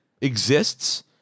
exists